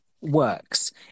works